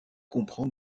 comprend